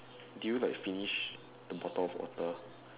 do you like finish the bottle of water